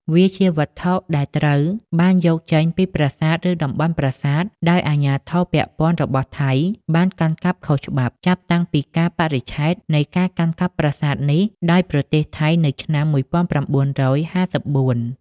វាជាវត្ថុដែលត្រូវ បានយកចេញពីប្រាសាទឬតំបន់ប្រាសាទដោយអាជ្ញាធរពាក់ព័ន្ធរបស់ថៃបានកាន់កាប់ខុសច្បាប់ ចាប់តាំងពីកាលបរិច្ឆេទនៃការកាន់កាប់ប្រាសាទនេះដោយប្រទេសថៃ នៅឆ្នាំ១៩៥៤។